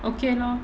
okay lor